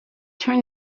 turn